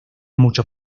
muchos